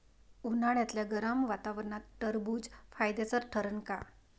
उन्हाळ्यामदल्या गरम वातावरनात टरबुज फायद्याचं ठरन का?